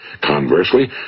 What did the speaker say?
Conversely